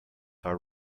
are